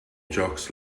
jocks